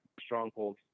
stronghold